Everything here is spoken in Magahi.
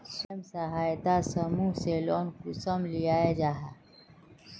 स्वयं सहायता समूह से लोन कुंसम लिया जाहा?